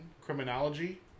Criminology